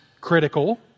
critical